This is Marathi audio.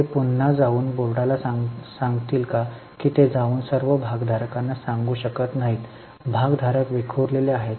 ते पुन्हा जाऊन बोर्डला सांगतील का की ते जाऊन सर्व भागधारकांना सांगू शकत नाहीत भागधारक विखुरलेले आहेत